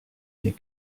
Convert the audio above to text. n’est